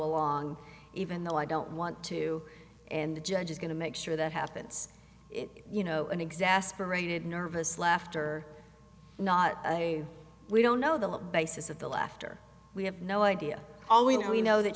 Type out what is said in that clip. along even though i don't want to and the judge is going to make sure that happens you know an exasperated nervous laughter not i we don't know the basis of the laughter we have no idea all we know we know that